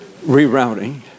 rerouting